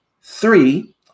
Three